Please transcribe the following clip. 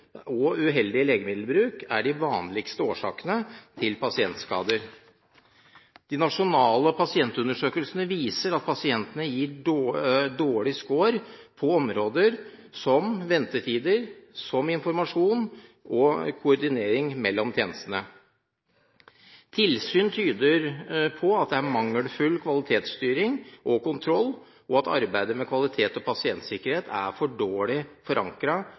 og uheldig legemiddelbruk er de vanligste årsakene til pasientskader. De nasjonale pasientundersøkelsene viser at pasientene gir dårlig skår på områder som ventetider, informasjon og koordinering mellom tjenestene. Tilsyn tyder på at det er mangelfull kvalitetsstyring og kontroll og at arbeidet med kvalitet og pasientsikkerhet er for dårlig